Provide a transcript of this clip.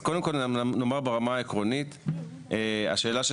אז קודם כל נאמר ברמה העקרונית,